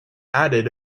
added